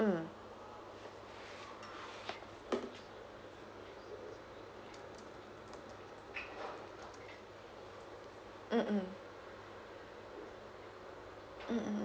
mm mm mm